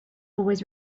always